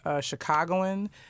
Chicagoan